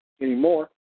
anymore